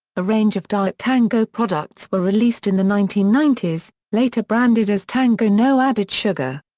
a range of diet tango products were released in the nineteen ninety s, later branded as tango no added sugar.